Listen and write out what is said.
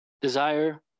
Desire